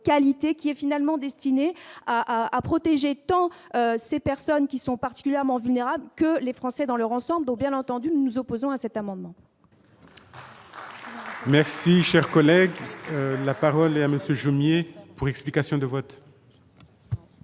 qualité, qui est finalement destinés à à protéger tant ces personnes qui sont particulièrement vulnérables que les Français dans leur ensemble, dont, bien entendu, nous nous opposons à cet amendement.